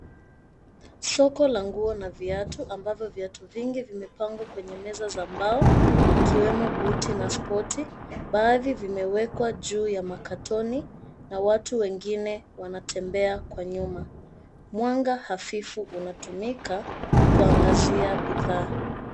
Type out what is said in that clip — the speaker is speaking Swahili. Soko la nguo na viatu ambavyo viatu vingi vimepangwa kwenye meza za mbao ikiwemo buti na spoti. Baadhi vimewekwa juu ya makatoni na watu wengine wanatembea kwa nyuma. Mwanga hafifu unatumika kuangazia bidhaa.